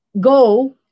go